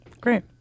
Great